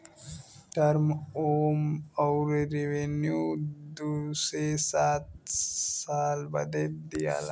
term loan अउर revenue दू से सात साल बदे लिआला